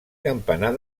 campanar